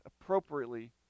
appropriately